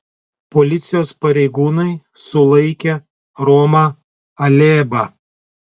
policijos pareigūnai sulaikė romą alėbą